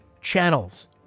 channels